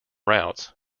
routes